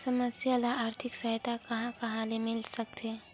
समस्या ल आर्थिक सहायता कहां कहा ले मिल सकथे?